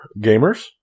gamers